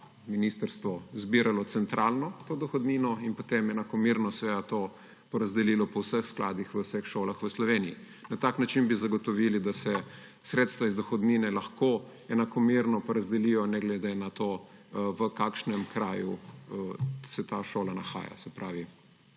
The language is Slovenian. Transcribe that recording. ministrstvo zbiralo centralno to dohodnino in potem enakomerno to porazdelilo po vseh skladih v vseh šolah v Sloveniji. Na tak način bi zagotovili, da se sredstva iz dohodnine lahko enakomerno porazdelijo ne glede na to, v kakšnem kraju se ta šola nahaja, se pravi,